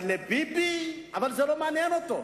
אבל לביבי, זה לא מעניין אותו.